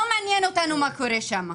לא מעניין אותנו מה קורה שם.